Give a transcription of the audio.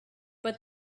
but